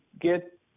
get